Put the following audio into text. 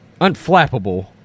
unflappable